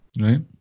Right